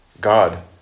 God